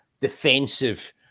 defensive